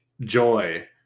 joy